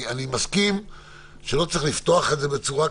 אני מסכים שלא צריך לפתוח את זה לגמרי,